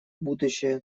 будущее